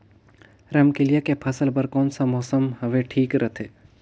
रमकेलिया के फसल बार कोन सा मौसम हवे ठीक रथे?